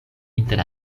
inter